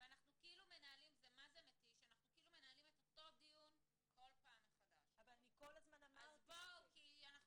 ואנחנו כאילו מנהלים את אותו דיון מחדש זה מתיש.